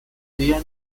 clear